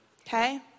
Okay